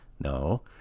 No